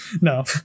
no